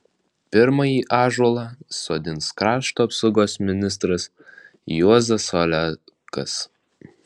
pirmąjį ąžuolą sodins krašto apsaugos ministras juozas olekas